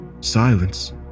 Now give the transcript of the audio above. Silence